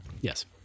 Yes